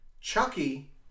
Chucky